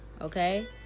okay